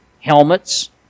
helmets